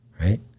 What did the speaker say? right